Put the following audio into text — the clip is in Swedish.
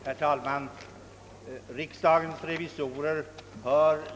Herr talman! Riksdagens revisorer hör.